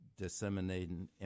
disseminating